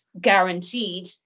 guaranteed